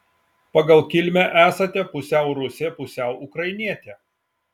pagal kilmę esate pusiau rusė pusiau ukrainietė